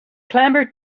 clamored